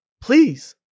Please